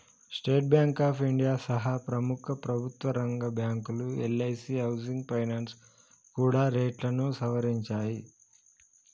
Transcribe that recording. state Bank of India సహా ప్రముఖ ప్రభుత్వరంగ బ్యాంకులు, ఎల్ఐసీ హౌసింగ్ ఫైనాన్స్ కూడా రేట్లను సవరించాయి